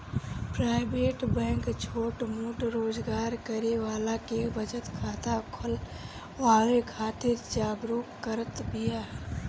private bank छोट मोट रोजगार करे वाला के बचत खाता खोलवावे खातिर जागरुक करत बिया